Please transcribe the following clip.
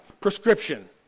prescription